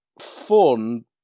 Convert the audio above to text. fun